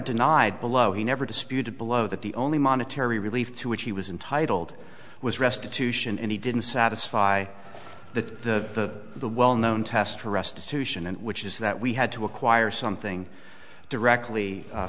denied below he never disputed below that the only monetary relief to which he was intitled was restitution and he didn't satisfy the the well known test for restitution and which is that we had to acquire something directly